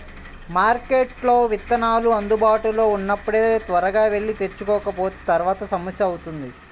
మార్కెట్లో విత్తనాలు అందుబాటులో ఉన్నప్పుడే త్వరగా వెళ్లి తెచ్చుకోకపోతే తర్వాత సమస్య అవుతుంది